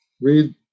read